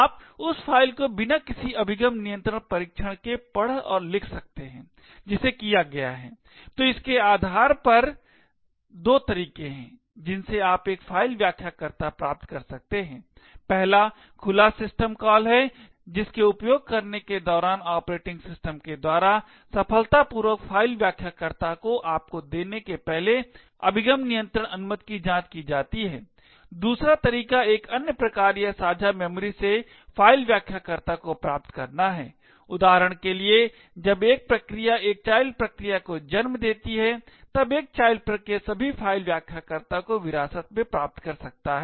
आप उस फ़ाइल को बिना किसी अभिगम नियंत्रण परीक्षण के पढ़ और लिख सकते हैं जिसे किया गया है तो इसके आधार पर दो तरीके हैं जिनसे आप एक फाइल व्याख्याकर्ता प्राप्त कर सकते हैं पहला खुला सिस्टम कॉल है जिसके उपयोग करने के दौरान ऑपरेटिंग सिस्टम के द्वारा सफलतापूर्वक फाइल व्याख्याकर्ता को आपको देने के पहले अभिगम नियंत्रण अनुमति की जांच की जाती है दूसरा तरीका एक अन्य प्रक्रिया या साझा मेमोरी से फाइल व्याख्याकर्ता को प्राप्त करना है उदाहरण के लिए जब एक प्रक्रिया एक चाइल्ड प्रक्रिया को जन्म देती है तब एक चाइल्ड प्रक्रिया सभी फाइल व्याख्याकर्ता को विरासत में प्राप्त कर सकता है